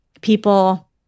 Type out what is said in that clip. people